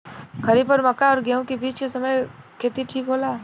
खरीफ और मक्का और गेंहू के बीच के समय खेती ठीक होला?